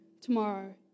tomorrow